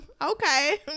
Okay